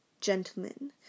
Gentlemen